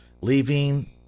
leaving